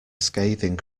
scathing